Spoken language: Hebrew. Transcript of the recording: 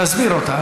תסביר אותה.